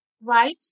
right